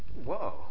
whoa